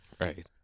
Right